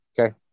Okay